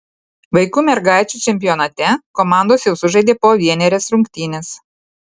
vaikų mergaičių čempionate komandos jau sužaidė po vienerias rungtynes